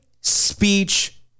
speech